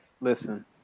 Listen